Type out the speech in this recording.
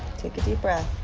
take a deep breath.